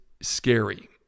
scary